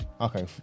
Okay